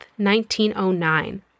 1909